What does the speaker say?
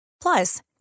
Plus